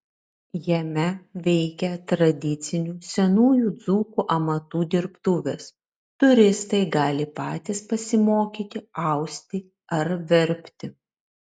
jame veikia tradicinių senųjų dzūkų amatų dirbtuvės turistai gali patys pasimokyti austi ar verpti